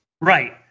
Right